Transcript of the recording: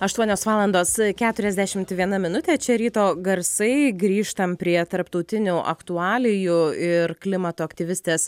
aštuonios valandos keturiasdešimt viena minutė čia ryto garsai grįžtam prie tarptautinių aktualijų ir klimato aktyvistės